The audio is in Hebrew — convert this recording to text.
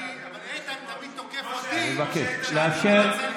אבל איתן תמיד תוקף אותי כשאני מנצל את התקנון בדרך הזאת.